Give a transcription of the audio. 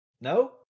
no